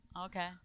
Okay